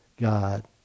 God